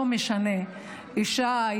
לא משנה אישה,